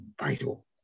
vital